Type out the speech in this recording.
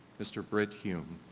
mr. brit hume.